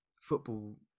football